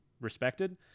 respected